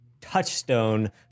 touchstone